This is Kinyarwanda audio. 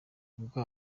ubwo